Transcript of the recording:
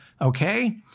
okay